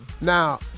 Now